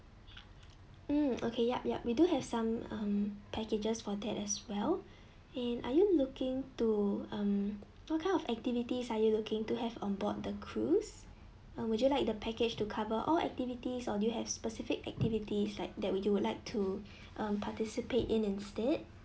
um okay yup yup we do have some um packages for that as well and are you looking to um what kind of activities are you looking to have onboard the cruise uh would you like the package to cover all activities or do you have specific activities like that would you would like to mm participate in instead